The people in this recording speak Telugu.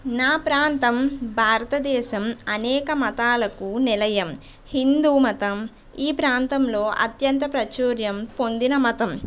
నా ప్రాంతం భారతదేశం అనేక మతాలకు నిలయం హిందూమతం ఈ ప్రాంతంలో అత్యంత ప్రాచూర్యం పొందిన మతం